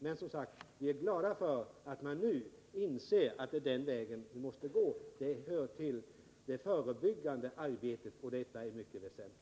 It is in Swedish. Men, som sagt, vi är glada för att man nu inser att det är den vägen man måste gå. Det hör till det förebyggande arbetet, och detta är mycket väsentligt.